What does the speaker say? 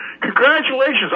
Congratulations